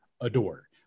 adore